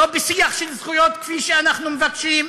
לא בשיח של זכויות כפי שאנחנו מבקשים,